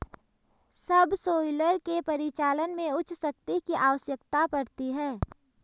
subsoiler के परिचालन में उच्च शक्ति की आवश्यकता पड़ती है